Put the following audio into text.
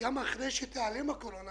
גם אחרי שתיעלם הקורונה